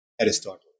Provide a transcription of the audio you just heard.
Aristotle